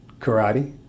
karate